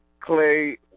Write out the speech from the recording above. Clay